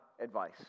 advice